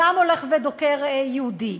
גם הולך ודוקר יהודי.